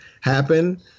happen